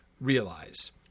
realize